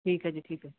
ਠੀਕ ਹੈ ਜੀ ਠੀਕ ਹੈ